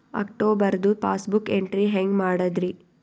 ಅಕ್ಟೋಬರ್ದು passbook entry ಹೆಂಗ್ ಮಾಡದ್ರಿ?